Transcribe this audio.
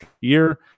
year